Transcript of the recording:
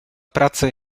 pracy